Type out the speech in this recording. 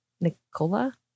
Nicola